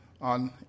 on